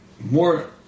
more